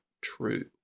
true